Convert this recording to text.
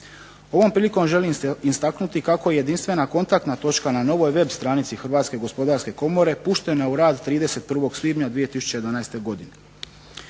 Ovom prilikom želim istaknuti kako je jedinstvena kontaktna točka na novoj web stranici Hrvatske gospodarske komore puštena u rad 31. svibnja 2011. godine.